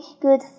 good